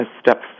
step